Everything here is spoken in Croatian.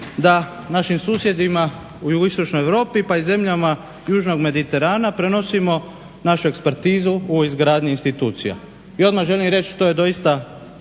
da našim susjedima u jugoistočnoj Europi pa i zemljama južnog mediterana prenosimo našu ekspertizu u izgradnji institucija. I odmah želim reći to je doista